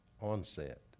onset